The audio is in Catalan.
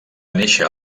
néixer